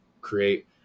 create